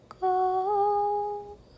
go